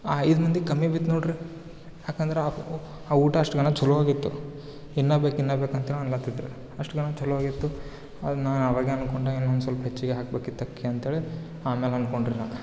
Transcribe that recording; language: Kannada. ಆ ಐದು ಮಂದಿಗೆ ಕಮ್ಮಿ ಬಿತ್ತು ನೋಡ್ರಿ ಯಾಕಂದ್ರೆ ಆ ಊಟ ಅಷ್ಟು ಘನ ಚಲೋ ಆಗಿತ್ತು ಇನ್ನು ಬೇಕು ಇನ್ನು ಬೇಕು ಅಂತಾ ಅನ್ಲು ಹತ್ತಿದ್ರು ಅಷ್ಟು ಘನ ಚಲೋ ಆಗಿತ್ತು ನಾ ಅವಾಗೇನ್ ಅನ್ಕೊಂಡೆ ಇನ್ನೊಂದು ಸ್ವಲ್ಪ್ ಹೆಚ್ಚಿಗೆ ಹಾಕ್ಬೇಕಿತ್ತು ಅಕ್ಕಿ ಅಂತೇಳಿ ಆಮೇಲೆ ಅನ್ಕೊಂಡ್ರಿ ನಾ